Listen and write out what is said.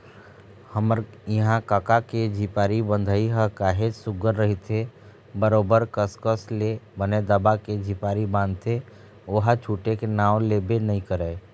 हमर इहाँ कका के झिपारी बंधई ह काहेच सुग्घर रहिथे बरोबर कस कस ले बने दबा के झिपारी बांधथे ओहा छूटे के नांव लेबे नइ करय